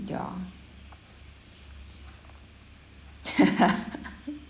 ya